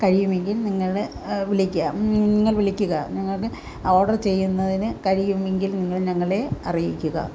കഴിയുമെങ്കിൽ നിങ്ങളെ വിളിക്കാം എന്നെ വിളിക്കുക ഞാൻ ഓർഡർ ചെയ്യുന്നതിന് കഴിയുമെങ്കിൽ നിങ്ങൾ ഞങ്ങളെ അറിയിക്കുക